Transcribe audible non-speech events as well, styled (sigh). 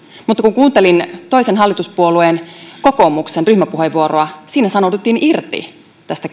mutta kun kuuntelin toisen hallituspuolueen kokoomuksen ryhmäpuheenvuoroa siinä sanouduttiin irti tästä (unintelligible)